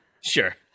Sure